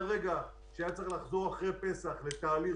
מהרגע שהיה צריך לחזור אחרי פסח לתהליך